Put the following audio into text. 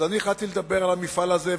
אז אני החלטתי לדבר על המפעל הזה,